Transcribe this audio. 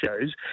shows